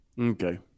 Okay